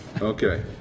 okay